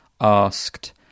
asked